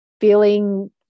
feeling